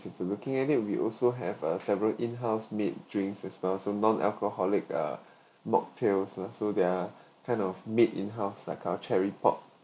so to looking at it we also have a several in house made drinks as well so non alcoholic uh mocktails ah so they are kind of made in house like uh cherry pop